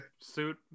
suit